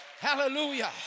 Hallelujah